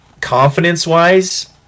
confidence-wise